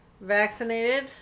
vaccinated